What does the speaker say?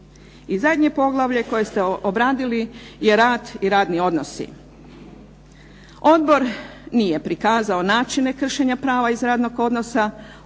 I zadnje poglavlje koje ste obradili je rad i radni odnosi. Odbor nije prikazao načine kršenja prava iz radnog odnosa